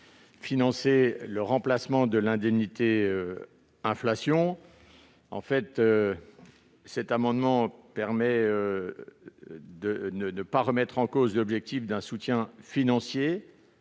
financer le remplacement de l'indemnité inflation. L'adoption de cet amendement permettrait de ne pas remettre en cause l'objectif d'un soutien financier